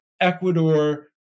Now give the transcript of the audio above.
Ecuador